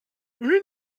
une